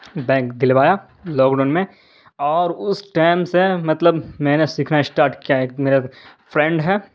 bike دلوایا lockdown میں اور اس ٹیم سے مطلب میں نے سیکھنا اسٹارٹ کیا ایک میرا فرینڈ ہے